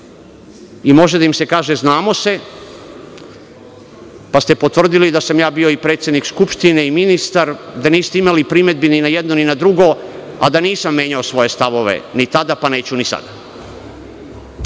i može da im se kaže – znamo se, pa ste potvrdili da sam ja bio i predsednik Skupštine i ministar, da niste imali primedbi ni na jedno ni na drugo, a da nisam menjao svoje stavove ni tada, pa neću ni sada. Prvo,